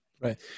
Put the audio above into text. right